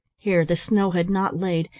here the snow had not laid,